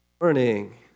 Morning